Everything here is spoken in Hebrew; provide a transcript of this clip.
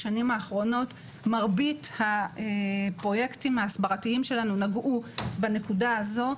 בשנים האחרונות מרבית הפרויקטים ההסברתיים שלנו נגעו בנקודה הזו.